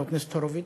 חבר הכנסת הורוביץ,